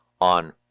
on